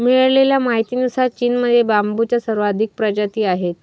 मिळालेल्या माहितीनुसार, चीनमध्ये बांबूच्या सर्वाधिक प्रजाती आहेत